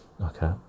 okay